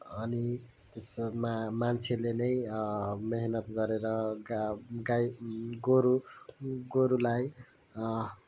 अनि यसमा मान्छेले नै मेहनत गरेर गाई गोरु गोरुलाई